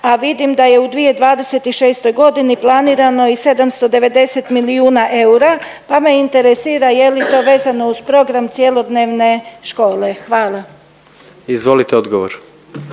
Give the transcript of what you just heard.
a vidim da je u 2026.g. planirano i 790 milijuna eura, pa me interesira je li to vezano uz program cjelodnevne škole? Hvala. **Jandroković,